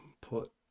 put